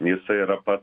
jisai yra pats